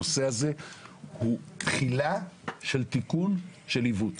הנושא הזה הוא תחילה של תיקון של עיוות.